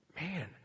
man